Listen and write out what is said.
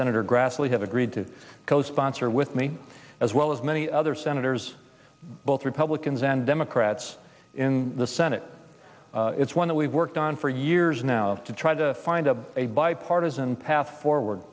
senator grassley have agreed to co sponsor with me as well as many other senators both republicans and democrats in the senate it's one that we've worked on for years now to try to find a a bipartisan path forward